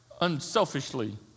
unselfishly